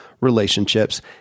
relationships